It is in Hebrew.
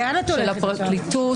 של הפרקליטות,